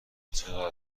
چقدر